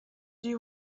you